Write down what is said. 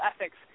ethics